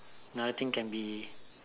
another thing can be